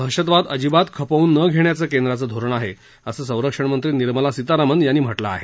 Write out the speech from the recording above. दहशतवाद अजिबात खपवून न घेण्याचं केंद्राचं धोरण आहे असं संरक्षण मंत्री निर्मला सितारामन यांनी म्हटलं आहे